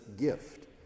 gift